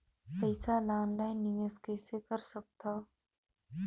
पईसा ल ऑनलाइन निवेश कइसे कर सकथव?